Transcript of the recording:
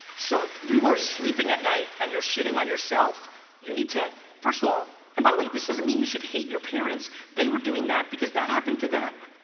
so you were sleeping at night and you're shitting on yourself you need to first of all and by the way, this doesn't mean you should hate your parents they were doing that because that happened to them